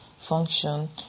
function